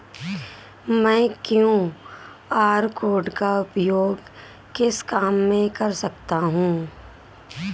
मैं QR code का उपयोग किस काम में कर सकता हूं?